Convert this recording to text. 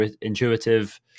intuitive